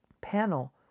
panel